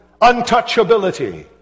untouchability